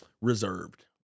reserved